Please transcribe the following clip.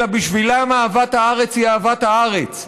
אלא בשבילם אהבת הארץ היא אהבת הארץ,